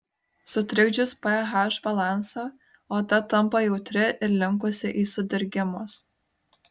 sutrikdžius ph balansą oda tampa jautri ir linkusi į sudirgimus